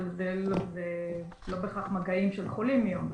אבל זה לא בהכרח מגעים של חולים מיום אחד.